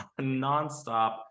nonstop